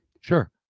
Sure